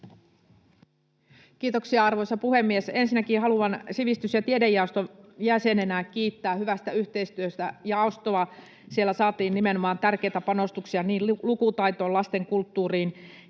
Kiitoksia, arvoisa puhemies! Ensinnäkin haluan sivistys- ja tiedejaoston jäsenenä kiittää jaostoa hyvästä yhteistyöstä. Siellä saatiin nimenomaan tärkeitä panostuksia niin lukutaitoon kuin lastenkulttuuriin,